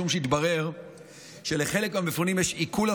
משום שהתברר שלחלק מהמפונים יש עיקול על